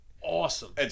Awesome